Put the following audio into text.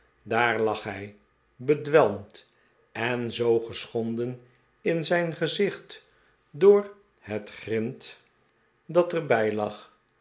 daar lag hij bedwelmd en zoo geschonden in zijn gezicht door het grint dat er bij lag